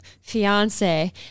fiance